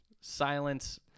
Silence